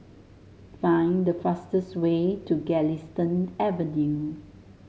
find the fastest way to Galistan Avenue